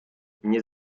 nie